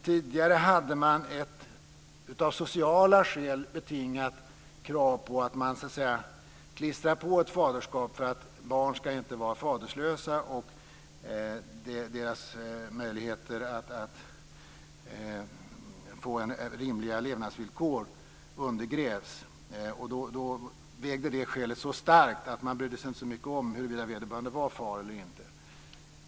Tidigare hade man ett av sociala skäl betingat krav på att man skulle klistra på ett faderskap, eftersom barn inte skulle vara faderlösa. Då undergrävdes deras möjligheter att få rimliga levnadsvillkor. Detta skäl vägde så starkt att man inte brydde sig så mycket om huruvida vederbörande var far eller inte.